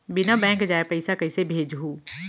बिना बैंक जाए पइसा कइसे भेजहूँ?